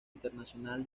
internacional